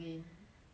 uh ta~ table top